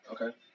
Okay